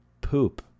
poop